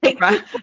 right